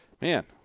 Man